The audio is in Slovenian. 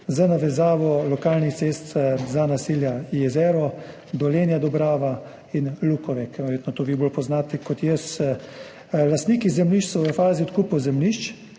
z navezavo lokalnih cest za naselja Jezero, Dolenja Dobrava in Lukovek. Verjetno to vi bolj poznate kot jaz. Lastniki zemljišč so v fazi odkupov zemljišč.